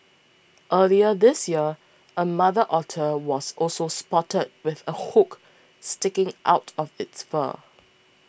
earlier this year a mother otter was also spotted with a hook sticking out of its fur